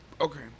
Okay